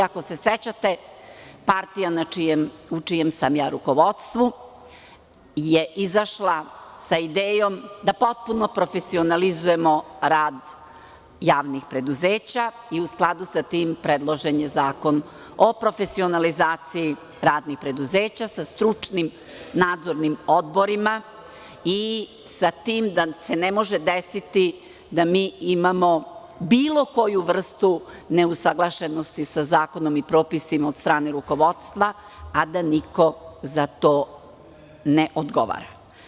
Ako se sećate, partija u čijem sam ja rukovodstvu je izašla sa idejom da potpuno profesionalizujemo rad javnih preduzeća i u skladu sa tim, predložen je zakon o profesionalizaciji radnih preduzeća sa stručnim nadzornim odborima i sa tim da se ne može desiti da mi imamo bilo koju vrstu neusaglašenosti sa zakonom i propisima od strane rukovodstva, a da niko za to ne odgovara.